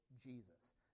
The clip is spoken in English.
Jesus